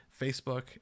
Facebook